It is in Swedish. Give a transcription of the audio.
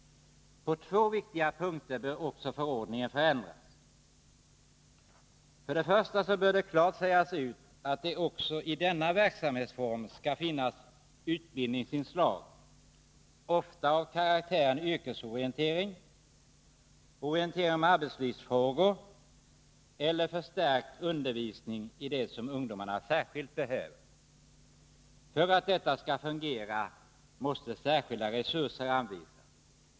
På två viktiga punkter bör förordningen ändras. För det första bör det klart sägas ut att det också i denna verksamhetsform skall finnas utbildningsinslag, av karaktären yrkesorientering, orientering om arbetslivsfrågor eller förstärkt undervisning i det som ungdomarna särskilt behöver. För att detta skall fungera måste särskilda resurser anvisas.